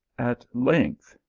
at length,